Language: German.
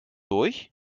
durch